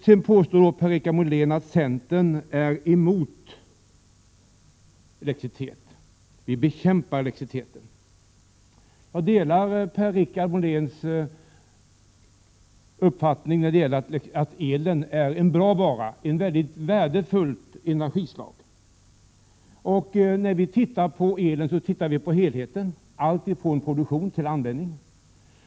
Per-Richard Molén påstod att centern är emot elektricitet, att vi skulle bekämpa elektriciteten. Jag delar Per-Richard Moléns uppfattning om att el är en bra vara, ett värdefullt energislag. När vi ser på elen ser vi på helheten, alltifrån produktion till användning.